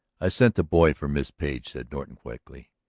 i sent the boy for miss page, said norton quickly.